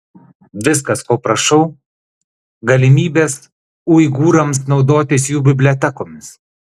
viskas ko prašau galimybės uigūrams naudotis jų bibliotekomis